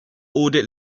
audit